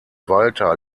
walter